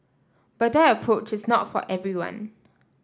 but that approach is not for everyone